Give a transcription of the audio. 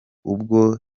ubwo